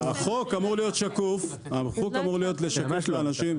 החוק אמור להיות שקוף, החוק אמור לשקף לאנשים.